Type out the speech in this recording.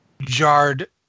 jarred